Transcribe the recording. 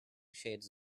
shades